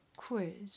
quiz